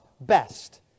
best